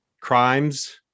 Crimes